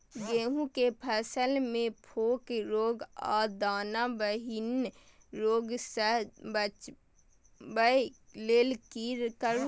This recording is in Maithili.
गेहूं के फसल मे फोक रोग आ दाना विहीन रोग सॅ बचबय लेल की करू?